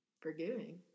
forgiving